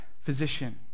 physician